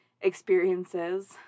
experiences